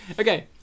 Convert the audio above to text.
Okay